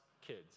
kids